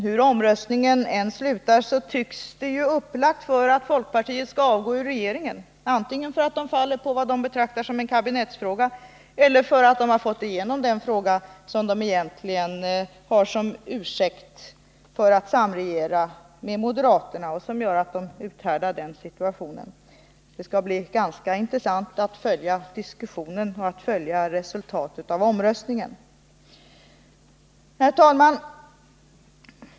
Hur omröstningen än slutar tycks det vara upplagt för att folkpartisterna skall avgå ur regeringen, antingen för att de faller på vad de betraktar som en kabinettsfråga eller för att de har fått igenom den fråga som de egentligen har som ursäkt för att samregera med moderaterna och som gör att de uthärdar den situationen. Det skall bli ganska intressant att följa diskussionen och att följa resultatet av omröstningen. Herr talman!